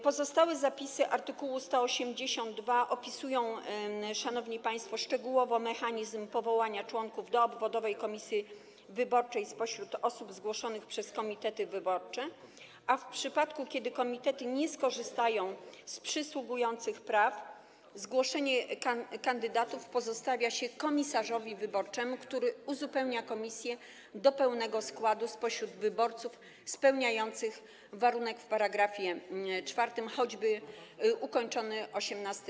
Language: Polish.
Pozostałe zapisy art. 182 szczegółowo opisują, szanowni państwo, mechanizm powołania członków do obwodowej komisji wyborczej spośród osób zgłoszonych przez komitety wyborcze, a w przypadku gdy komitety nie skorzystają z przysługujących praw, zgłoszenie kandydatów pozostawia się komisarzowi wyborczemu, który uzupełnia komisję do pełnego składu spośród wyborców spełniających warunek w § 4, choćby ukończony 18.